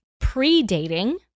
pre-dating